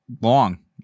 long